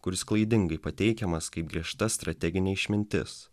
kuris klaidingai pateikiamas kaip griežta strateginė išmintis